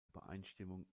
übereinstimmung